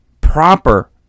Proper